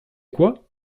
quoi